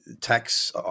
tax